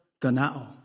ganao